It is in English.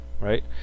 Right